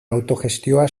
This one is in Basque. autogestioa